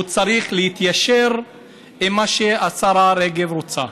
הוא צריך להתיישר עם מה שהשרה רגב רוצה.